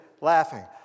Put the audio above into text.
laughing